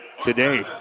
today